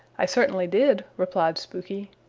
i certainly did, replied spooky.